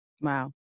Wow